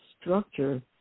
structure